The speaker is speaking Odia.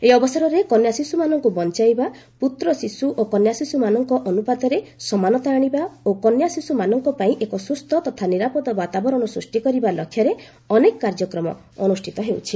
ଏହି ଅବସରରେ କନ୍ୟାଶିଶୁମାନଙ୍କୁ ବଞ୍ଚାଇବା ପୁତ୍ରଶିଶୁ ଓ କନ୍ୟାଶିଶୁମାନଙ୍କ ଅନୁପାତରେ ସମାନତା ଆଶିବା ଓ କନ୍ୟାଶିଶୁମାନଙ୍କ ପାଇଁ ଏକ ସୁସ୍ଥ ତଥା ନିରାପଦ ବାତାବରଣ ସୃଷ୍ଟି କରିବା ଲକ୍ଷ୍ୟରେ ଅନେକ କାର୍ଯ୍ୟକ୍ରମ ଅନୁଷ୍ଠିତ ହେଉଛି